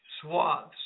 swaths